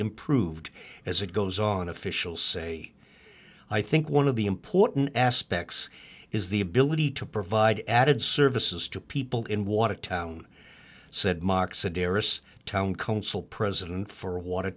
improved as it goes on official say i think one of the important aspects is the ability to provide added services to people in watertown said moxa derose town council president for